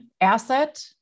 asset